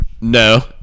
No